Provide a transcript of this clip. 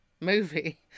movie